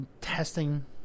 testing